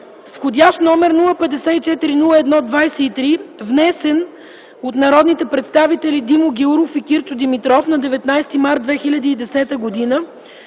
вх. № 054-01-23, внесен от народните представители Димо Гяуров и Кирчо Димитров на 19 март 2010 г.,